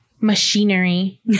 machinery